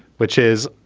which is,